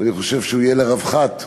ואני חושב שהוא יהיה לרווחת הציבור,